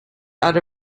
out